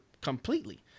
completely